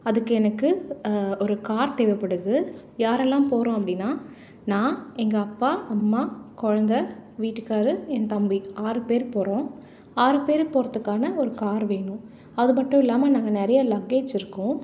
அதுக்கு எனக்கு ஒரு கார் தேவைப்படுது யாரெல்லாம் போகறோம் அப்படின்னா நான் எங்கள் அப்பா அம்மா குழந்த வீட்டுக்கார் ஏன் தம்பி ஆறு பேர் போகறோம் ஆறு பேர் போகறத்துக்கான ஒரு கார் வேணும் அது மட்டும் இல்லாமல் நாங்கள் நிறைய லக்கேஜ் இருக்கும்